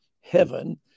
heaven